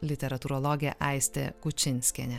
literatūrologė aistė kučinskienė